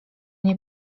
nie